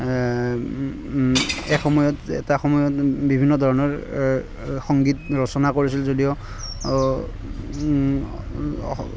এসময়ত এটা সময়ত বিভিন্ন ধৰণৰ সংগীত ৰচনা কৰিছিল যদিও